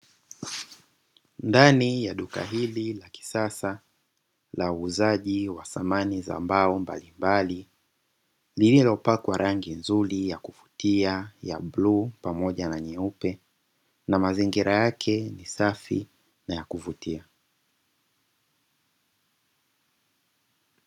Ndani ya duka hili la kisasa la uuzaji wa samani za mbao mbalimbali lililopakwa rangi nzuri ya kuvutia ya bluu pamoja na nyeupe na mazingira yake ni safi na ya kuvutia.